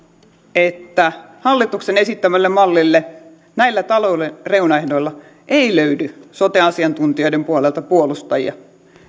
että hallituksen esittämälle mallille näillä talouden reunaehdoilla ei löydy sote asiantuntijoiden puolelta puolustajia